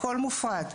הכול מופרד.